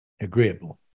agreeable